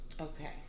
Okay